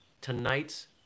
tonight's